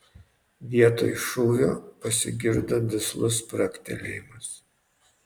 vietoj šūvio pasigirdo duslus spragtelėjimas